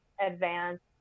advanced